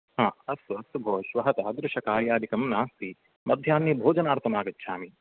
हा अस्तु अस्तु भो श्वः तादृशकार्यादिकं नास्ति माध्याह्ने भोजनार्थम् आगच्छामि